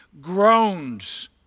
groans